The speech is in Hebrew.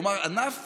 כלומר ענף